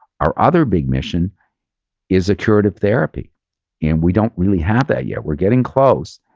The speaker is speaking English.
our other big mission is a curative therapy and we don't really have that yet. we're getting close,